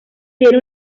tiene